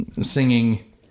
singing